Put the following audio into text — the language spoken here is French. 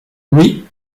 oui